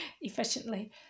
efficiently